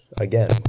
again